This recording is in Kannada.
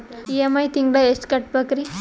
ಇ.ಎಂ.ಐ ತಿಂಗಳ ಎಷ್ಟು ಕಟ್ಬಕ್ರೀ?